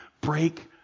break